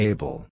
Able